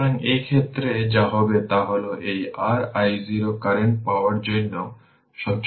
সুতরাং এই ক্ষেত্রে এটি হবে 1 6 e এর পাওয়ার 2 t 3 ভোল্ট